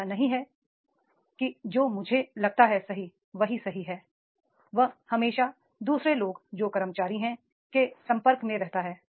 ऐसा नहीं है कि जो मुझे लगता है सही वह ही सही है वह हमेशा दू सरे लोग जो कर्मचारी हैं के संपर्क में रहता है